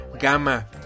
gama